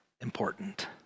important